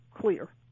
clear